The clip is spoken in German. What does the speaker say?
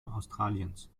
australiens